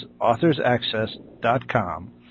authorsaccess.com